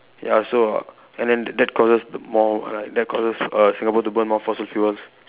ya so and then that causes more err that causes err Singapore to burn more fossil fuels